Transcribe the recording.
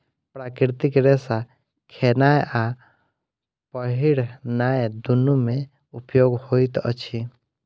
प्राकृतिक रेशा खेनाय आ पहिरनाय दुनू मे उपयोग होइत अछि